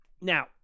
Now